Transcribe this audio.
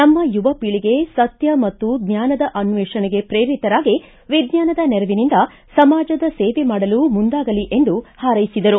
ನಮ್ಮ ಯುವ ಖೀಳಿಗೆ ಸತ್ಯ ಮತ್ತು ಜ್ವಾನದ ಅನ್ನೇಷಣೆಗೆ ಪ್ರೇರಿತರಾಗಿ ವಿಜ್ವಾನದ ನೆರವಿನಿಂದ ಸಮಾಜದ ಸೇವೆ ಮಾಡಲು ಮುಂದಾಗಲಿ ಎಂದು ಹಾರೈಸಿದರು